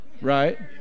Right